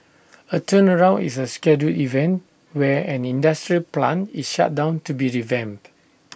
A turnaround is A scheduled event where an industrial plant is shut down to be revamped